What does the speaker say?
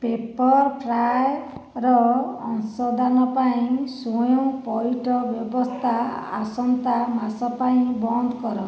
ପେପର୍ଫ୍ରାଏ ର ଅଂଶଦାନ ପାଇଁ ସ୍ଵୟଂ ପଇଠ ବ୍ୟବସ୍ଥା ଆସନ୍ତା ମାସ ପାଇଁ ବନ୍ଦ କର